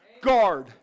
Guard